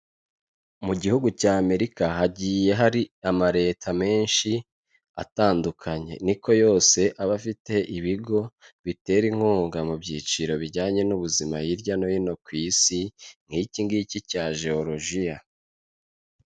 Mu gihugu cy'Amerika, hagiye hari ama leta menshi atandukanye, niko yose aba afite ibigo bitera inkunga mu byiciro bijyanye n'ubuzima hirya no hino ku isi, nk'iki ngiki cya Jewolojiya.